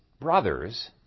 brothers